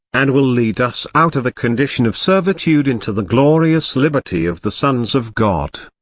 and will lead us out of a condition of servitude into the glorious liberty of the sons of god.